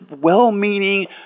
well-meaning